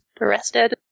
arrested